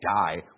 die